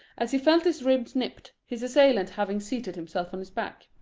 as he felt his ribs nipped, his assailant having seated himself on his back.